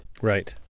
Right